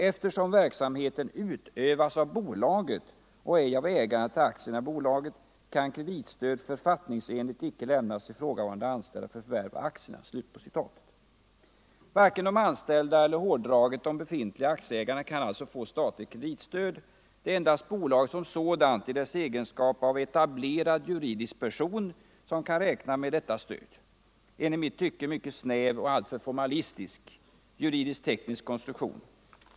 Eftersom verksamheten utövas av bolaget och ej av ägarna till aktierna i bolaget kan kreditstöd författningsenligt icke lämnas ifrågavarande anställda för förvärv av aktierna.” Varken de anställda eller — hårdraget — de befintliga aktieägarna kan alltså få statligt kreditstöd. Det är endast bolaget som sådant, i sin egenskap av etablerad juridisk person, som kan räkna med ett stöd. En i mitt tycke mycket snäv och alltför formalistisk, juridisk-teknisk konstruktion.